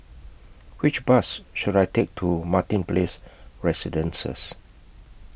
Which Bus should I Take to Martin Place Residences